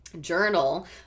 journal